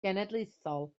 genedlaethol